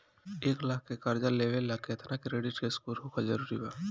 एक लाख के कर्जा लेवेला केतना क्रेडिट स्कोर होखल् जरूरी बा?